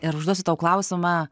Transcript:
ir užduosiu tau klausimą